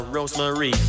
Rosemary